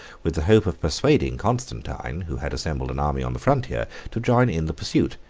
with the hope of persuading constantine, who had assembled an army on the frontier, to join in the pursuit,